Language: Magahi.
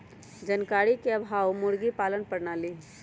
जानकारी के अभाव मुर्गी पालन प्रणाली हई